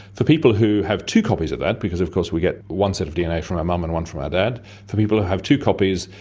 for people who have two copies of that because of course we get one set of dna from our mum and one from our dad for people who have two copies,